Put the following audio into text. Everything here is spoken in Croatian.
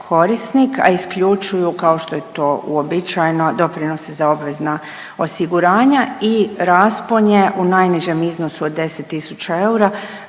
korisnik a isključuju kao što je to uobičajeno doprinosi za obvezna osiguranja i raspon je u najnižem iznosu od 10 000 eura